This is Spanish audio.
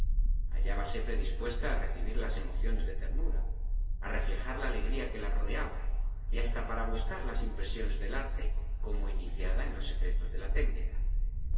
hallábase predispuesta a recibir las emociones de ternura a reflejar la alegría que la rodeaba y hasta para gustar las impresiones del arte como iniciada en los secretos de la técnica